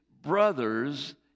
brothers